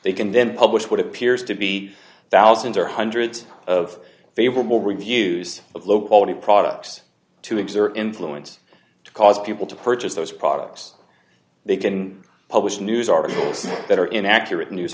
they can then publish what appears to be thousands or hundreds of favorable reviews of low quality products to exert influence to cause people to purchase those products they can publish news articles that are inaccurate news